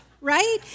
right